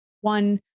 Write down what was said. one